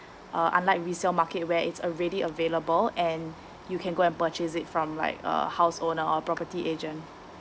uh unlike resale market where it's already available and you can go and purchase it from like a house owner or property agent